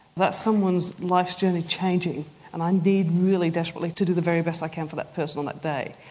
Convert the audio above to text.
that's someone's life's journey changing and i need really desperately to do the very best i can for that person on that day.